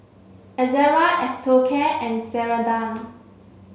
Ezerra Osteocare and Ceradan